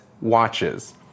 watches